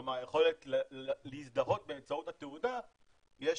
כלומר היכולת להזדהות באמצעות התעודה יש